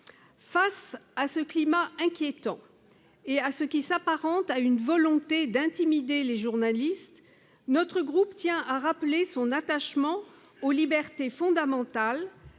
Face à ce climat inquiétant et à ce qui s'apparente à une volonté d'intimider les journalistes, notre groupe tient à rappeler son attachement aux libertés fondamentales,